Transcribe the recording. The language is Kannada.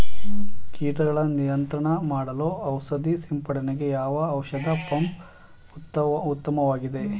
ಕೀಟಗಳ ನಿಯಂತ್ರಣ ಮಾಡಲು ಔಷಧಿ ಸಿಂಪಡಣೆಗೆ ಯಾವ ಔಷಧ ಪಂಪ್ ಉತ್ತಮವಾಗಿದೆ?